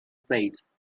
place